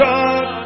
God